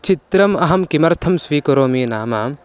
चित्रम् अहं किमर्थं स्वीकरोमि नाम